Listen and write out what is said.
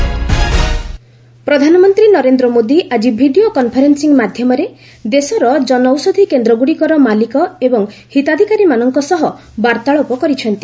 PM ଜନୌଷଧୂ ପ୍ରଧାନମନ୍ତ୍ରୀ ନରେନ୍ଦ୍ର ମୋଦି ଆଜି ଭିଡ଼ିଓ କନ୍ଫରେନ୍ଦିଂ ମାଧ୍ୟମରେ ଦେଶର ଜନୌଷଧି କେନ୍ଦ୍ରଗୁଡ଼ିକର ମାଲିକ ଓ ହିତାଧିକାରୀମାନଙ୍କ ସହ ବାର୍ଭାଳାପ କରିଛନ୍ତି